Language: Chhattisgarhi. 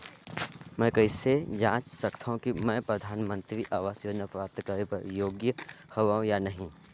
मैं कइसे जांच सकथव कि मैं परधानमंतरी आवास योजना प्राप्त करे बर योग्य हववं या नहीं?